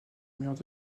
murs